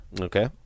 Okay